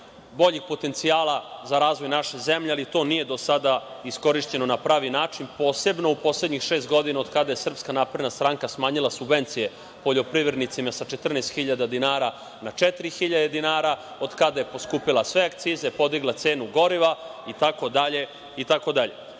najboljih potencijala za razvoj naše zemlje, ali to nije do sada iskorišćeno na pravi način, posebno u poslednjih šest godina, od kada je SNS smanjila subvencije poljoprivrednicima sa 14.000 dinara na 4.000 dinara, od kada je poskupela sve akcize, podigla cenu goriva itd,